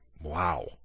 Wow